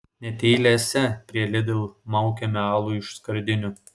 net eilėse prie lidl maukiame alų iš skardinių